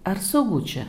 ar saugu čia